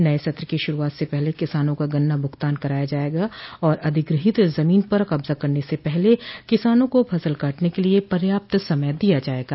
नये सत्र की श्ररूआत से पहले किसानों का गन्ना भुगतान कराया जायेगा और अधिग्रहीत जमीन पर कब्जा करने से पहले किसानों को फसल काटने के लिये पर्याप्त समय दिया जायेगा